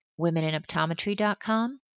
womeninoptometry.com